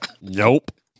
nope